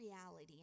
reality